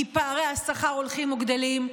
כי פערי השכר הולכים וגדלים,